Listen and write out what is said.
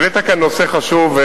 העלית כאן נושא חשוב.